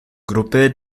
gruppe